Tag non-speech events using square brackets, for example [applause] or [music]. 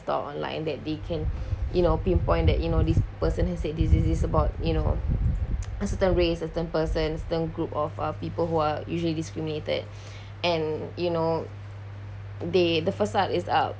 thought online that they can you know pinpoint that you know this person has said this this this about you know [noise] a certain race certain persons certain group of uh people who are usually discriminated [breath] and you know they the facade is out